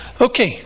Okay